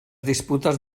disputes